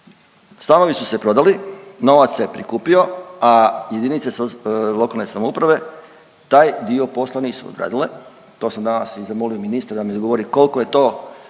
Stanovi su se prodali, novac se je prikupio, a jedinice lokalne samouprave taj dio posla nisu odradile. To sam danas i zamolio ministra da mi odgovori koliko je to